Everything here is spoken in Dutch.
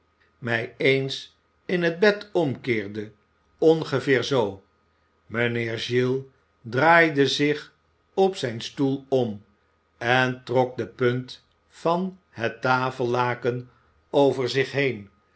mij eens in het bed omkeerde ongeveer zoo mijnheer giles draaide zich op zijn stoel om en trok de punt van het tafellaken over zich heen